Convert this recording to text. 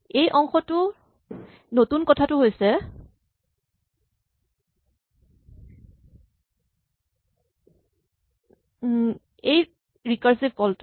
এই অংশটোৰ নতুন কথাটো হৈছে এই ৰিকাৰছিভ কল টো